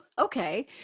Okay